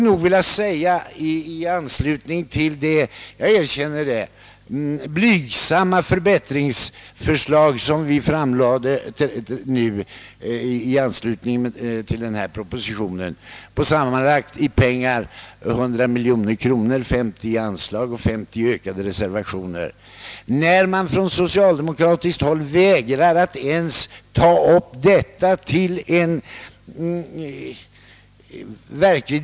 nor — 50 miljoner kronor i anslag och 50 miljoner kronor i ökade reservationer — vägrar man från socialdemokratiskt håll att ta upp ens till diskussion.